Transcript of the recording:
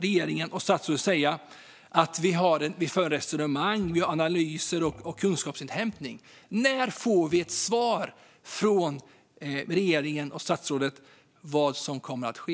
Regeringen och statsrådet kan inte bara säga att man för resonemang, gör analyser och sysslar med kunskapsinhämtning. När får vi ett svar från regeringen och statsrådet om vad som kommer att ske?